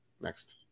Next